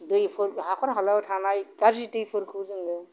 दैफोर हाखर हालायाव थानाय गाज्रि दैफोरखौ जोङो